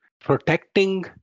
protecting